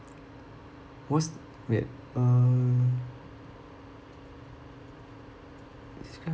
was wait uh describe